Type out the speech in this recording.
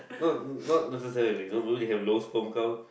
no not necessarily no have low sperm count